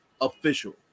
official